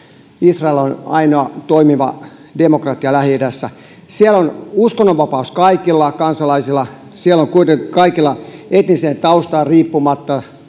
israel on ainoa toimiva demokratia lähi idässä siellä on uskonnonvapaus kaikilla kansalaisilla siellä on kuitenkin kaikilla etnisestä taustasta riippumatta